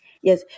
Yes